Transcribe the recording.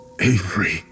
Avery